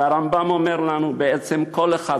והרמב"ם אומר לנו שבעצם כל אחד,